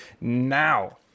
now